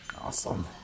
awesome